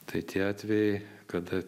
tai tie atvejai kada